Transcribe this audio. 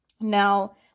Now